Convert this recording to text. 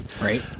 Right